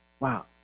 Wow